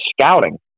scouting